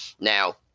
Now